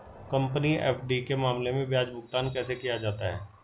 Company FD के मामले में ब्याज भुगतान कैसे किया जाता है?